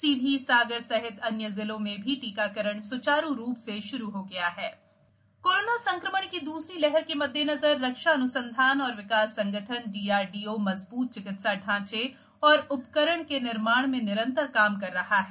सीधीसागर सहित अन्य जिलों में भी टीकाकरण स्चारू रूप से शुरू हो गया है डीआरडीओ कोरोना कोरोना संक्रमण की द्वसरी लहर के मद्देनजर रक्षा अन्संधान और विकास संगठन डीआरडीओ मजबूत चिकित्सा ढांचे और उपकरण के निर्माण में निरंतर काम कर रहा है